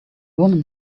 woman